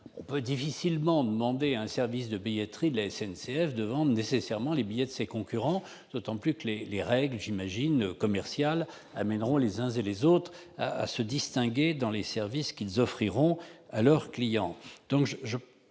on peut difficilement demander à un service de billetterie de la SNCF de vendre les billets de ses concurrents, d'autant plus que les règles commerciales devraient conduire les uns et les autres à se distinguer par les services qu'ils offrent à leurs clients.